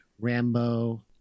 Rambo